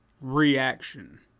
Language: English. reaction